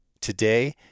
Today